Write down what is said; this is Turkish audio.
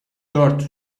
dört